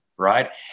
right